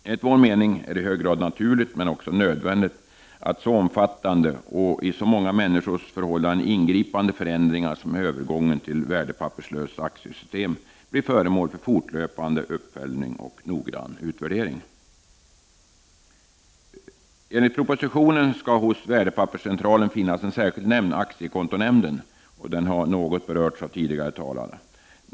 Enligt vår mening är det i hög grad naturligt, men också nödvändigt, att så omfattande och i så många människors förhållanden ingripande förändringar som övergången till värdepapperslöst aktiesystem blir föremål för fortlöpande uppföljning och noggrann utvärdering. Enligt propositionen skall hos Värdepapperscentralen finnas en särskild nämnd, aktiekontonämnden. Den har berörts av tidigare talare.